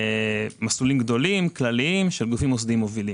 מסלולים גדולים וכלליים של גופים מוסדיים מובילים.